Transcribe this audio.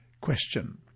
Question